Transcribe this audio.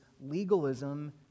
legalism